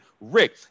Rick